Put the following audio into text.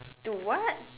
do what